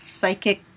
psychic